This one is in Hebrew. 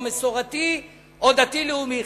או מסורתי או דתי-לאומי.